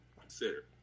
consider